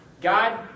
God